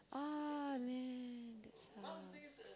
ah man that sucks